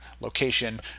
location